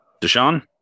Deshaun